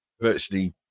virtually